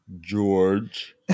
George